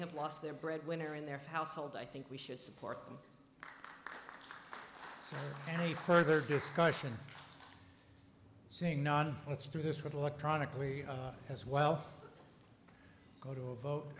have lost their breadwinner in their household i think we should support them any further discussion saying let's do this with electronically as well go to a vote